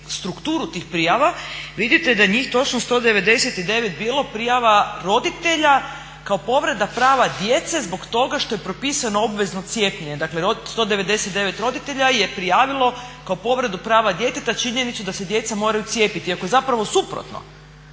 strukturu tih prijava vidite da njih točno 199 bilo prijava roditelja kao povreda prava djece zbog toga što je propisano obvezno cijepljenje. Dakle 159 roditelja ja prijavilo kao povredu prava djeteta činjenicu da se djeca moraju cijepiti. Iako je zapravo suprotno.